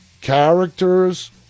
characters